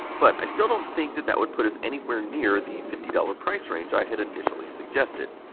but, i still don't think that that would put us anywhere near the fifty dollars price range i had initially suggested.